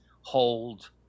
hold